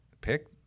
pick